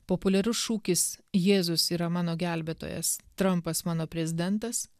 populiarus šūkis jėzus yra mano gelbėtojas trumpas mano prezidentas